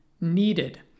needed